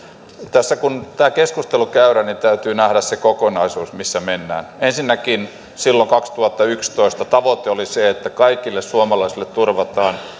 tässä kun tämä keskustelu käydään niin täytyy nähdä se kokonaisuus missä mennään ensinnäkin silloin kaksituhattayksitoista tavoite oli se että kaikille suomalaisille turvataan